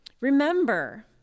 Remember